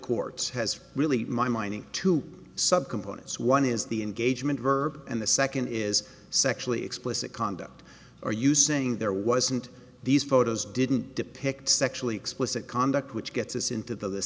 courts has really my mining to subcomponents one is the engagement verb and the second is sexually explicit conduct are you saying there wasn't these photos didn't depict sexually explicit conduct which gets us into the